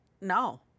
No